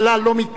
זאת אומרת,